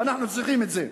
ואנחנו צריכים את זה,